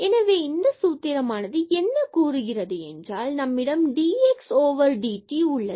எனவே இந்த சூத்திரம் ஆனது என்ன கூறுகிறது என்றால் நம்மிடம் dx dt உள்ளது